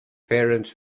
parents